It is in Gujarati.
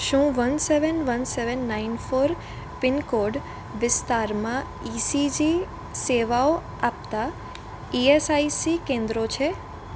શું one seven one seven nine four pin code વિસ્તારમાં ઇસીજી સેવાઓ આપતાં ઇએસઆઇસી કેન્દ્રો છે